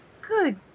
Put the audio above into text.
Good